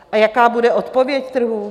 A jaká bude odpověď trhů?